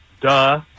Duh